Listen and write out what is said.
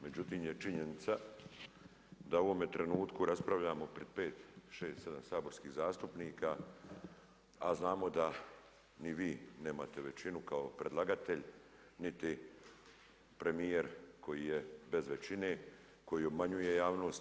Međutim je činjenica da u ovome trenutku raspravljamo pred pet, šest, sedam saborskih zastupnika, a znamo da ni vi nemate većinu kao predlagatelj niti premijer koji je bez većine, koji obmanjuje javnost.